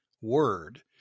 word